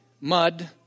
mud